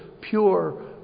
pure